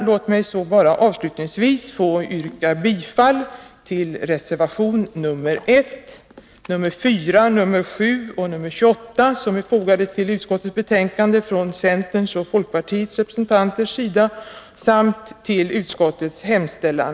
Låt mig avslutningsvis få yrka bifall till reservationerna 1,4, 7 och 28, som är fogade till kulturutskottets betänkande av centerns och folkpartiets representanter, samt i övrigt bifall till utskottets hemställan.